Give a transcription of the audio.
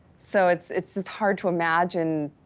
so it's it's just hard to imagine,